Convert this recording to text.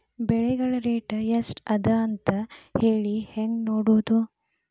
ಬೆಳೆಗಳ ರೇಟ್ ಎಷ್ಟ ಅದ ಅಂತ ಹೇಳಿ ಹೆಂಗ್ ನೋಡುವುದು?